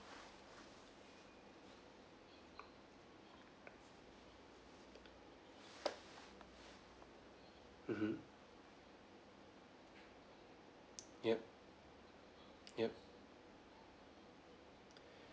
mmhmm yup yup